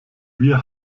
wir